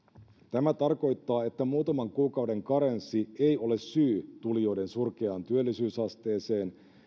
tämä tarkoittaa että muutaman kuukauden karenssi ei ole syy tulijoiden surkeaan työllisyysasteeseen